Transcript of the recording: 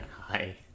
Hi